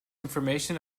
information